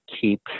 keep